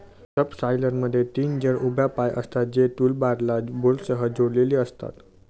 सबसॉयलरमध्ये तीन जड उभ्या पाय असतात, जे टूलबारला बोल्टसह जोडलेले असतात